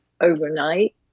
overnight